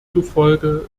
zufolge